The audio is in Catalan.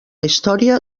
història